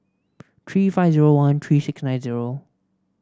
three five zero one three six nine zero